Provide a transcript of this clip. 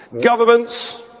governments